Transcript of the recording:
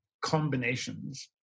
combinations